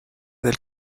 del